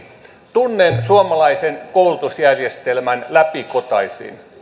tunnen suomalaisen koulutusjärjestelmän läpikotaisin